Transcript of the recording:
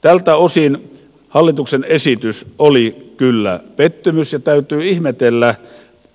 tältä osin hallituksen esitys oli kyllä pettymys ja täytyy ihmetellä